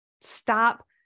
stop